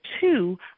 two